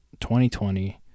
2020